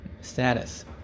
status